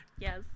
Yes